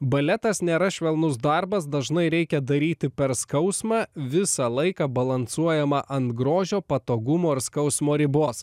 baletas nėra švelnus darbas dažnai reikia daryti per skausmą visą laiką balansuojama ant grožio patogumo ir skausmo ribos